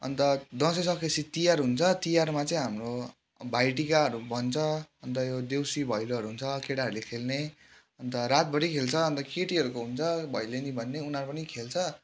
अन्त दसैँ सकेपछि तिहार हुन्छ तिहारमा चाहिँ हाम्रो भाइटिकाहरू भन्छ अन्त यो देउसी भैलोहरू हुन्छ केटाहरूले खेल्ने अन्त रातभरी खेल्छ अन्त केटीहरूको हुन्छ भैलिनी भन्ने उनीहरू पनि खेल्छ